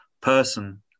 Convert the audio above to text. person